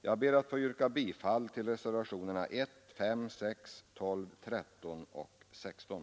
Jag ber att få yrka bifall till reservationerna 1, 5, 6, 12, 13 och 16.